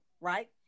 right